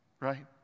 right